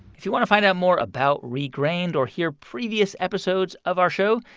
if you want to find out more about regrained or hear previous episodes of our show,